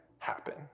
happen